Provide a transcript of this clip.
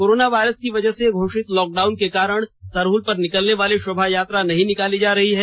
corona virus की वजह से घोषित लॉकडाउन के कारण सरहुल पर निकलने वाले शोभा यात्रा नहीं निकाली जा रही है